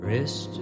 Rest